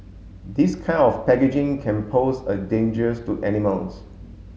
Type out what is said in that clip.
this kind of packaging can pose a dangers to animals